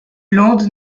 land